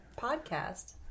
podcast